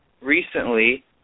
recently –